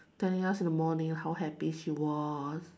telling us in the morning how happy she was